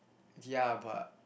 ya but